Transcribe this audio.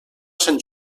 sant